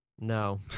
No